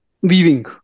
weaving